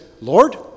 Lord